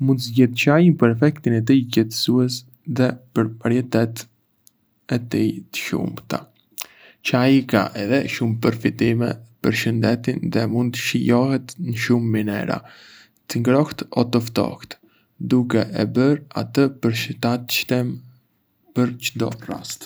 Mund të zgjedh çajin për efektin e tij qetësues dhe për varietetet e tij të shumta. Çaji ka edhé shumë përfitime për shëndetin dhe mund të shijohet në shumë mënyra, të ngrohtë o të ftohtë, duke e bërë atë të përshtatshëm për çdo rast.